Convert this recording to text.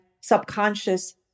subconscious